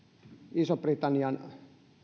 ison britannian